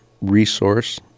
resource